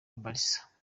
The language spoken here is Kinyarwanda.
barca